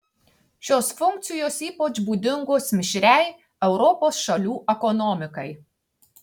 šios funkcijos ypač būdingos mišriai europos šalių ekonomikai